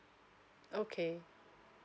okay